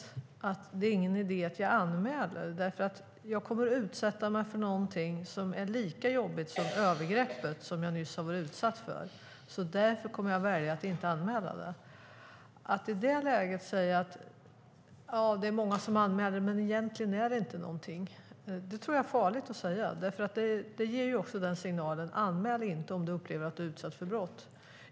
De känner: Det är ingen idé att anmäla, för jag kommer att utsätta mig för något som är lika jobbigt som det övergrepp som jag nyss har blivit utsatt för. Därför kommer jag att välja att inte anmäla det. Att i det läget säga "Det är många som anmäler, men egentligen är det ingenting" tror jag är farligt att säga, för det ger offret signalen: Anmäl inte om du upplever att du är utsatt för brott.